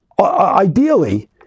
ideally